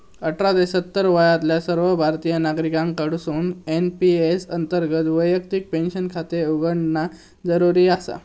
अठरा ते सत्तर वयातल्या सर्व भारतीय नागरिकांकडसून एन.पी.एस अंतर्गत वैयक्तिक पेन्शन खाते उघडणा जरुरी आसा